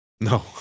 No